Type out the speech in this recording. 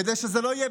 כדי שזה לא יהיה